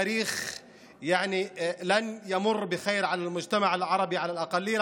ואין ספק שזה תאריך שלא יעבור בשלום על החברה הערבית,